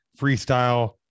freestyle